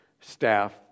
staff